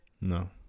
No